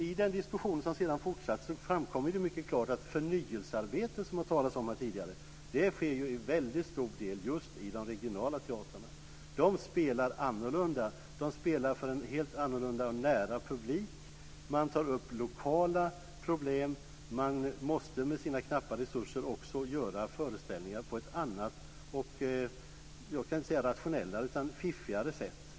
I den diskussion som sedan fortsatte framkom klart att förnyelsearbetet, som det har talats så mycket om tidigare, sker till stor del just i de regionala teatrarna. De spelar för en helt annorlunda nära publik. De tar upp lokala problem. De måste med sina knappa resurser göra föreställningar på ett annat och fiffigare sätt.